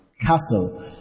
Castle